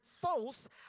false